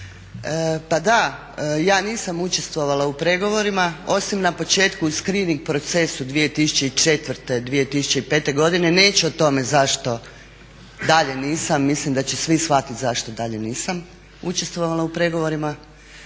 Pa da, ja nisam učestvovala u pregovorima osim na početku u screening procesu 2004.-2005. godine, neću o tome zašto dalje nisam, mislim da će svi shvatiti zašto dalje nisam učestvovala u pregovorima.